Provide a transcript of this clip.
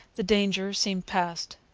the danger seemed past.